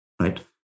Right